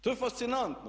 To je fascinantno!